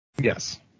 Yes